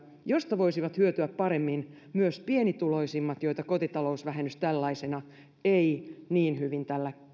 josta voisivat hyötyä paremmin myös pienituloisimmat joita kotitalousvähennys tällaisenaan ei niin hyvin